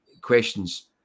questions